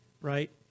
right